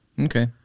Okay